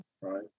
right